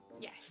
Yes